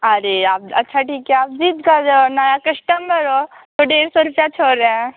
अरे आप अच्छा ठीक है आप जिद्द कर रहे हो नया कस्टम्मर हो तो डेढ़ सौ रुपया छोर रहे हैं